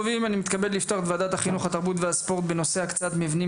אני מתכבד לפתוח את ישיבת הוועדה בנושא הקצאת מבנים